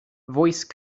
voice